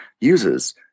users